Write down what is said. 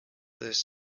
this